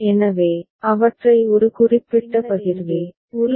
எனவே அவற்றை ஒரு குறிப்பிட்ட பகிர்வில் ஒரு தொகுதிக்குள் வைக்கலாம்